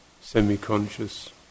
semi-conscious